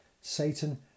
Satan